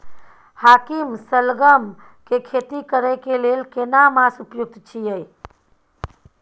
हाकीम सलगम के खेती करय के लेल केना मास उपयुक्त छियै?